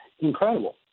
incredible